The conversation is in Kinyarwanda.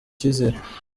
icyizere